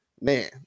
man